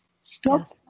stop